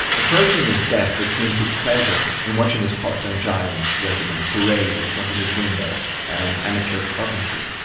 approaching his death, the king took pleasure in watching his potsdam giant regiment parade in front of his window and amateur carpentry.